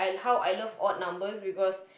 how I love odd numbers because